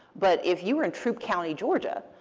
but if you were in troup county, georgia,